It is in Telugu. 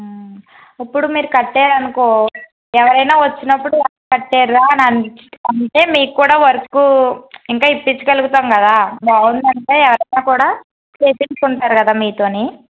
ఇప్పుడు మీరు కట్టారనుకో ఎవరైనా వచ్చినప్పుడు ఎవరు కట్టారురా అని అంటే మీకు కూడా వర్కు ఇంకా ఇప్పించగలుగుతాం కదా బాగుందంటే ఎవరైనా కూడా చేపించుకుంటారు కదా మీతోని